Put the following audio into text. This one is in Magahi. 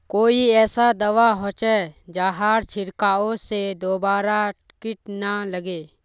कोई ऐसा दवा होचे जहार छीरकाओ से दोबारा किट ना लगे?